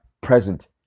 present